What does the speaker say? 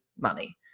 money